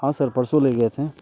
हाँ सर परसों ले गए थे